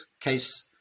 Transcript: case